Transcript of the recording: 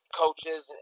coaches